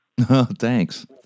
thanks